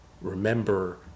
remember